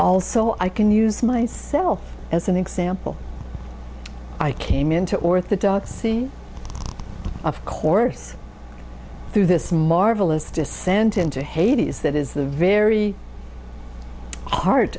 also i can use myself as an example i came into orthodoxy of course through this marvelous descent into hades that is the very heart